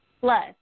plus